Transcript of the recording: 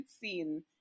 scene